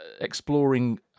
exploring